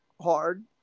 hard